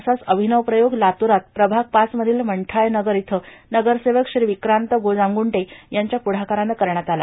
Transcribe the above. असाच अभिनव प्रयोग लातूरात प्रभाग पाचमधील मंठाळे नगर इथं नगरसेवक श्री विक्रांत गोजामगुंडे यांच्या पुढाकारानं करण्यात आला